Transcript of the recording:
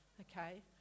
Okay